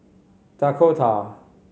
Dakota